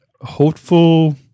hopeful